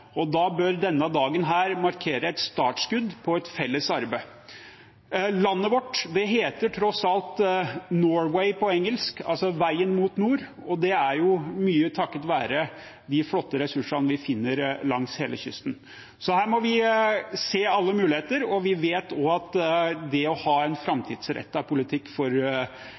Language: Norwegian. Da bør denne dagen markere et startskudd for et felles arbeid. Landet vårt heter tross alt «Norway» på engelsk, altså veien mot nord. Det er mye takket være de flotte ressursene vi finner langs hele kysten. Her må vi se alle muligheter. Vi vet også at det å ha en framtidsrettet politikk for